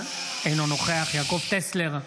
אינו נוכח יעקב טסלר,